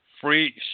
free